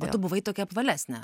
o tui buvai tokia apvalesnė